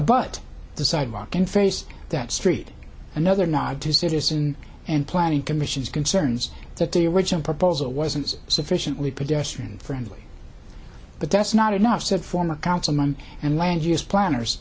but the sidewalk in face that street another nod to citizen and planning commissions concerns that the original proposal wasn't sufficiently predestined friendly but that's not enough said former councilman and land use planners